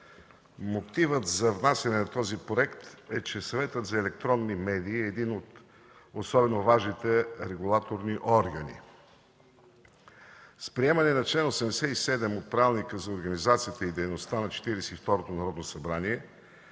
Мотивът за внасяне на този проект е, че Съветът за електронни медии е един от особено важните регулаторни органи. С приемане на чл. 87 от Правилника за организацията и дейността на Четиридесет